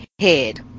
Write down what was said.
head